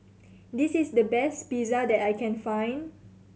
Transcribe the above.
this is the best Pizza that I can find